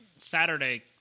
Saturday